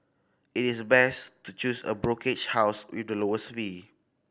it is best to choose a brokerage house with the lowest fee